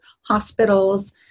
hospitals